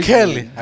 Kelly